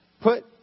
put